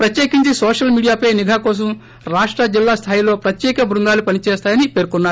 ప్రత్యేకించి సోషల్ మీడియాపై నిఘా కోసం రాష్ట జిల్లా స్థాయిలో ప్రత్యేక బృందాలు పని చేస్తాయని పేర్కొన్నారు